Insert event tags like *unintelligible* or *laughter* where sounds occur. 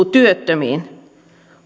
*unintelligible* työttömiin